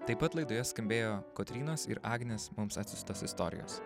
taip pat laidoje skambėjo kotrynos ir agnės mums atsiųstos istorijos